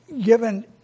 given